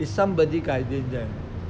is somebody guiding them